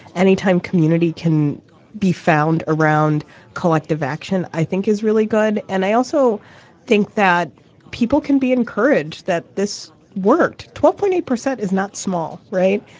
anytime community can be found around collective collective action i think is really good. and i also think that people can be encouraged that this worked twelve point eight percent is not small. right.